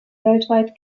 weltweit